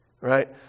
right